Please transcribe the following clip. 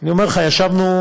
אני אומר לך, ישבנו